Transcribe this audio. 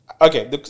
okay